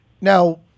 Now